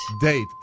Date